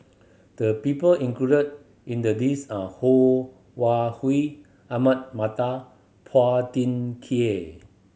the people include in the list are Ho Wan Hui Ahmad Mattar Phua Thin Kiay